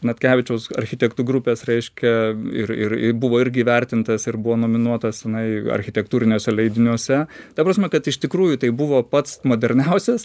natkevičiaus architektų grupės reiškia ir ir buvo irgi įvertintas ir buvo nominuotas jinai architektūriniuose leidiniuose ta prasme kad iš tikrųjų tai buvo pats moderniausias